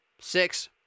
six